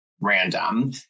random